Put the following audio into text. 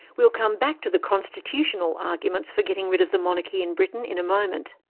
we'll come back to the constitutional arguments for getting rid of the monarchy in britain in a moment.